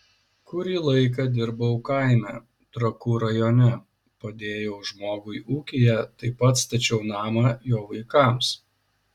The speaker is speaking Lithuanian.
kurį laiką dirbau kaime trakų rajone padėjau žmogui ūkyje taip pat stačiau namą jo vaikams